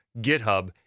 GitHub